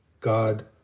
God